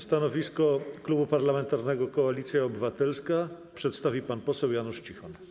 Stanowisko Klubu Parlamentarnego Koalicja Obywatelska przedstawi pan poseł Janusz Cichoń.